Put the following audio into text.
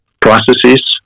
processes